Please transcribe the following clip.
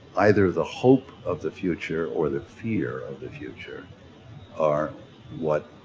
either the hope of the future or the fear of the future are what